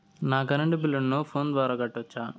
నా కరెంటు బిల్లును నా ఫోను ద్వారా కట్టొచ్చా?